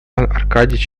аркадьич